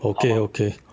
okay okay